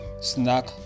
snack